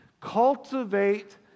Cultivate